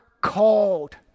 called